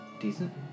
decent